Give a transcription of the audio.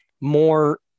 more